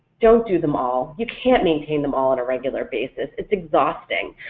don't do them all, you can't maintain them all on a regular basis it's exhausting.